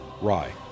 rye